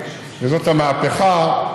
וזאת המהפכה,